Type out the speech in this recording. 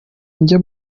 njya